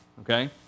Okay